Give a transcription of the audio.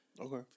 Okay